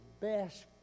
best